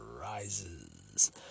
Rises